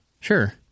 Sure